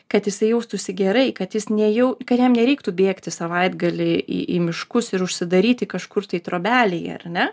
kad jisai jaustųsi gerai kad jis nejau kad jam nereiktų bėgti savaitgalį į į miškus ir užsidaryti kažkur tai trobelėje ar ne